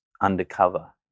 undercover